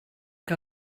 que